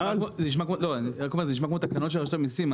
זה נשמע כמו תקנות של רשות המיסים,